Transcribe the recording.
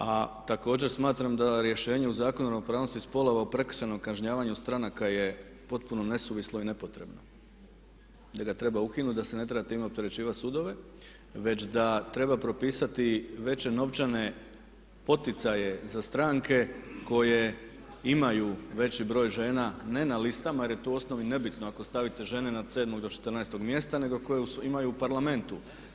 A također smatram da rješenje u Zakonu o ravnopravnosti spolova u prekršajnom kažnjavanju stranaka je potpuno nesuvislo i nepotrebno, da ga treba ukinuti, da se ne treba sa time opterećivati sudove već da treba propisati veće novčane poticaje za stranke koje imaju veći broj žena, ne na listama jer je to u osnovi nebitno ako stavite žene na od 7. do 14. mjesta nego koje imaju u Parlamentu.